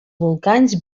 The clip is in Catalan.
volcans